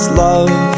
love